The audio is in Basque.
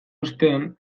ostean